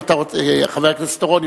חבר הכנסת חיים אורון,